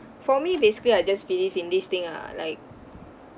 for me basically I just believe in this thing ah like